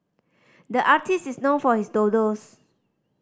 the artist is known for his doodles